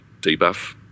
debuff